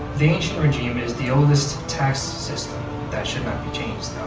the ancien regime is the oldest tax system that should not be changed,